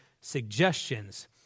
suggestions